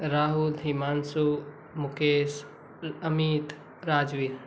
Rahul Himanshu Mukesh Amit Rajveer